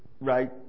right